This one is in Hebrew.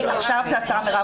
עכשיו זו השרה מירב כהן.